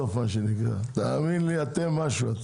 תאמין לי, אתם משהו.